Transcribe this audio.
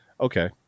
Okay